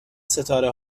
ستاره